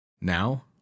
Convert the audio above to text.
Now